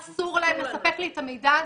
אסור להם לספק לי את המידע הזה.